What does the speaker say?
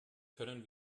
können